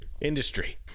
industry